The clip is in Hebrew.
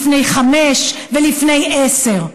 לפני חמש ולפני עשר.